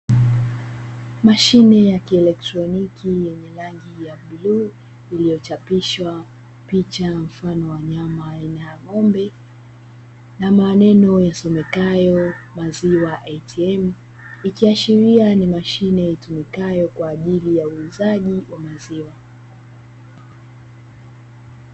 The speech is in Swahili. Mashine ya kieletroniki yenye rangi ya bluu iliyo chapishwa picha Mfano wa mnyama aina ya ng'ombe, na maneno yasemekayo maziwa "atm" nikiashiria ni mashine itumikayo kwa ajili ya uuzaji wa maziwa.